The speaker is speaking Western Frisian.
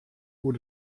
oer